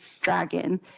dragon